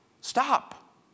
Stop